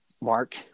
Mark